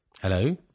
hello